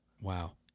Wow